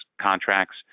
contracts